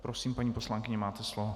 Prosím, paní poslankyně, máte slovo.